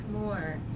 more